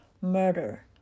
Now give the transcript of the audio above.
Murder